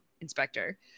inspector